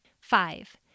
Five